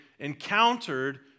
encountered